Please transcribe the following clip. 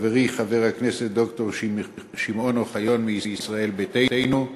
חברי חבר הכנסת ד"ר שמעון אוחיון מישראל ביתנו.